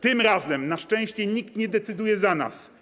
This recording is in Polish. Tym razem na szczęście nikt nie decyduje za nas.